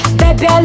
baby